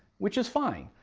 which is fine.